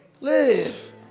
Live